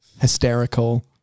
hysterical